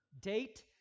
date